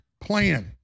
plan